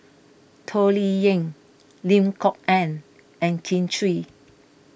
Toh Liying Lim Kok Ann and Kin Chui